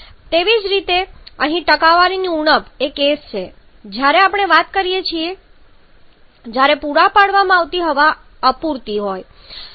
તેવી જ રીતે અહીંની ટકાવારીની ઉણપ એ કેસ છે જ્યારે આપણે વાત કરીએ છીએ જ્યારે પૂરા પાડવામાં આવતી હવાની માત્રા અપૂરતી હોય છે